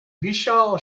vishal